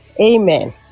Amen